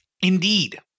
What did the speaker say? Indeed